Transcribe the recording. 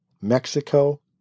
Mexico